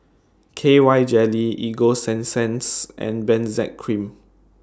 K Y Jelly Ego Sunsense and Benzac Cream